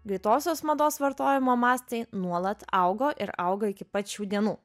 greitosios mados vartojimo mastai nuolat augo ir auga iki pat šių dienų